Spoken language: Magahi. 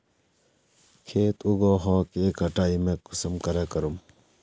खेत उगोहो के कटाई में कुंसम करे करूम?